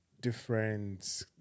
different